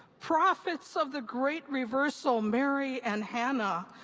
prophets of the great reversal mary and hannah,